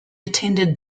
attended